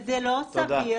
זה לא סביר